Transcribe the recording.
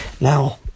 now